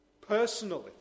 personally